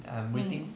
mm